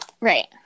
Right